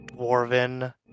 dwarven